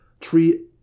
Tree